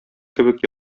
кебек